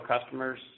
customers